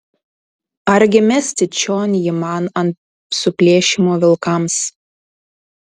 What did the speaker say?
argi mesti čion jį man ant suplėšymo vilkams